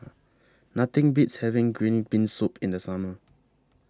Nothing Beats having Green Bean Soup in The Summer